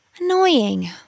Annoying